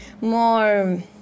more